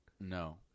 no